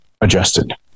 adjusted